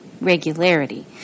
regularity